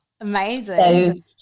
Amazing